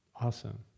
awesome